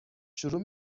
شروع